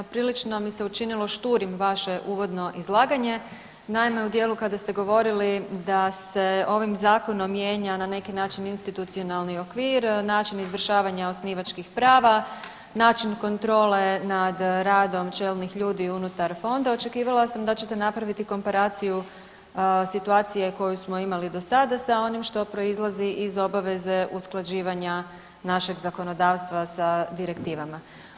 Prilično mi se učinilo šturim vaše uvodno izlaganje, naime u dijelu kada ste govorili da se ovim zakonom mijenja na neki način institucionalni okvir, način izvršavanja osnivačkih prava, način kontrole nad radom čelnih ljudi unutar fonda, očekivala sam da ćete napraviti komparaciju situacije koju smo imali do sada sa onim što proizlazi iz obaveze usklađivanja našeg zakonodavstva sa direktivama.